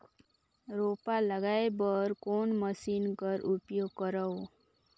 रोपा लगाय बर कोन मशीन कर उपयोग करव?